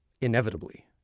inevitably